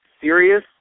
serious